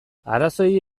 arazoei